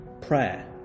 prayer